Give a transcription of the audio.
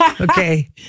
okay